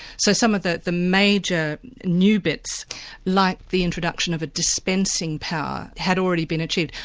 so some of the the major new bits like the introduction of a dispensing power, had already been achieved.